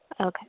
Okay